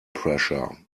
pressure